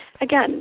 again